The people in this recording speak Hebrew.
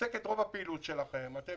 מופסקת רוב הפעילות שלכם ואולי אתם